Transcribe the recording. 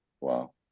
Wow